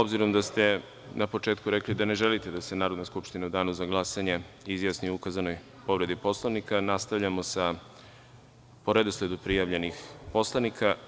Obzirom da ste na početku rekli da ne želite da se Narodna skupština u danu za glasanje izjasni o ukazanoj povredi Poslovnika, nastavljamo po redosledu prijavljenih poslanika.